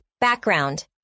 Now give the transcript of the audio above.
Background